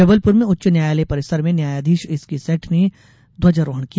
जबलपुर में उच्च न्यायालय परिसर में न्यायाधीश एसके सेठ ने ध्वजारोहण किया